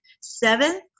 seven